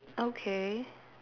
okay